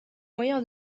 moyen